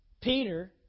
Peter